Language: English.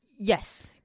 Yes